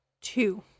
two